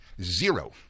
zero